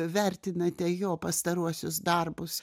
vertinate jo pastaruosius darbus